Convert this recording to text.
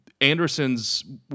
Anderson's